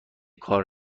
کار